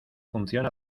funciona